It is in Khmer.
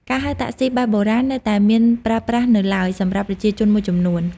ការហៅតាក់ស៊ីបែបបុរាណនៅតែមានប្រើប្រាស់នៅឡើយសម្រាប់ប្រជាជនមួយចំនួន។